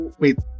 wait